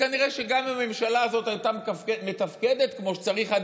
כנראה שגם אם הממשלה הזאת הייתה מתפקדת כמו שצריך,